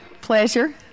pleasure